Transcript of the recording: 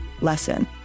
lesson